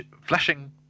flashing